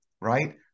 right